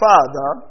Father